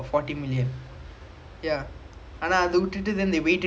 oh ya forty right I think even